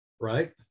right